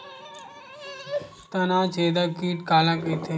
तनाछेदक कीट काला कइथे?